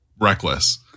reckless